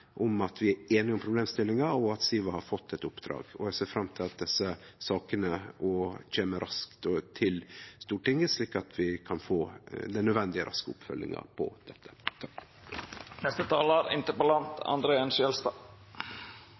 om at vi er einige om problemstillinga, og at Siva har fått eit oppdrag, og eg ser fram til at desse sakene kjem raskt til Stortinget, slik at vi kan få den nødvendige, raske oppfølginga av dette.